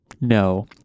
no